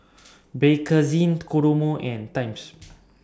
Bakerzin Kodomo and Times